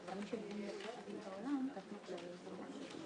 כשמסתכלים איפה נשים חרדיות מועסקות,